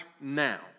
now